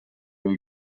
või